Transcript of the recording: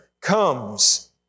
comes